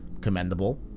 commendable